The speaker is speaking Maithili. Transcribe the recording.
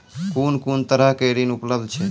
कून कून तरहक ऋण उपलब्ध छै?